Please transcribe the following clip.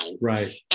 Right